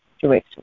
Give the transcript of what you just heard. situation